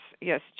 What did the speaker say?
yes